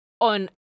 on